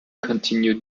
continued